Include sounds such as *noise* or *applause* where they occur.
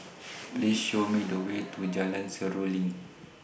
*noise* Please Show Me The Way to Jalan Seruling